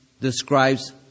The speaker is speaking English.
describes